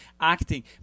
acting